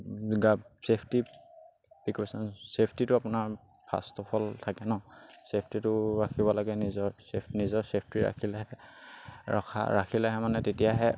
গাত safety precaution ছেফ্টিটো আপোনাৰ ফাৰ্ষ্ট অফ অল থাকে ন ছেফ্টিটো ৰাখিব লাগে নিজৰ ছেফ্ নিজৰ ছেফ্টি ৰাখিলেহে ৰখা ৰাখিলেহে মানে তেতিয়াহে